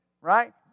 right